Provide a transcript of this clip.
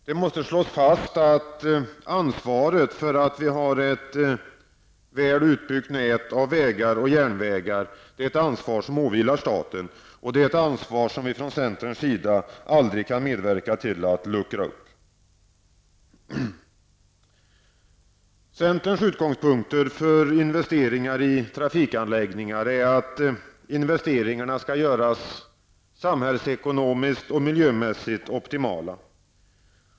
Det måste slås fast att ansvaret för att vi har ett väl utbyggt nät av vägar och järnvägar åvilar staten. Det är ett ansvar som vi från centerns sida aldrig kan medverka till att luckra upp. Centerns utgångspunkt för investeringar i trafikanläggningar är att investeringarna skall göras samhällsekonomiskt och miljömässigt optimala.